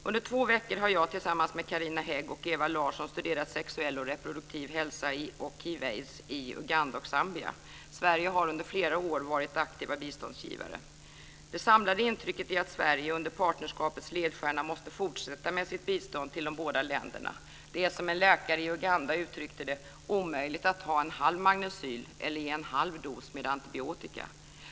Under två veckor har jag, tillsammans med Carina Hägg och Ewa Larsson studerat sexuell och reproduktiv hälsa och hiv/aids i Uganda och Zambia. Sverige har under flera år varit en aktiv biståndsgivare. Det samlade intrycket är att Sverige, under partnerskapets ledstjärna, måste fortsätta med sitt bistånd till de båda länderna. Det är, som en läkare i Uganda uttryckte det, "omöjligt att ta en halv magnecyl eller ge en halv dos med antibiotika".